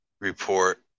report